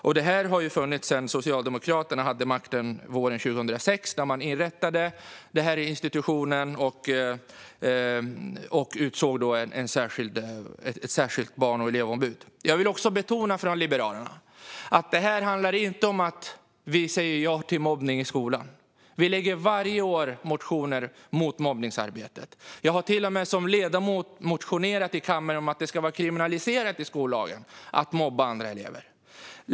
Så har det varit sedan Socialdemokraterna hade makten våren 2006, då man inrättade den här institutionen och utsåg ett särskilt barn och elevombud. Jag vill också betona från Liberalerna att det här inte handlar om att vi skulle säga ja till mobbning i skolan. Vi väcker varje år motioner mot mobbning. Jag har till och med som ledamot motionerat i kammaren om att det ska vara kriminaliserat i skollagen att mobba andra elever.